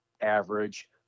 average